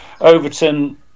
Overton